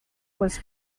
was